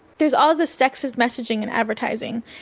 there's all this sexist messaging in advertising,